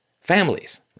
families